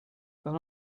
then